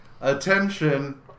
Attention